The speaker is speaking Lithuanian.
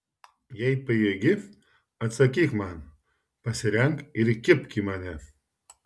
jei pajėgi atsakyk man pasirenk ir kibk į mane